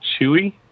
chewy